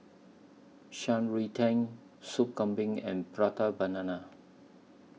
Shan Rui Tang Sop Kambing and Prata Banana